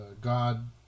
God